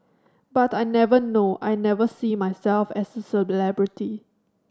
but I never know I never see myself as a celebrity